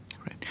Right